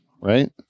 Right